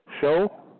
show